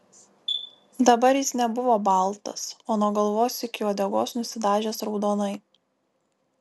dabar jis nebuvo baltas o nuo galvos iki uodegos nusidažęs raudonai